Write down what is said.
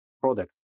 products